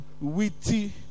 witty